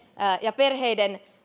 ja perheiden